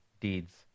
deeds